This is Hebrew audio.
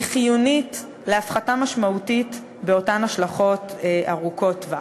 היא חיונית להפחתה משמעותית באותן השלכות ארוכות-טווח.